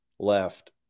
Left